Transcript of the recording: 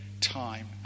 time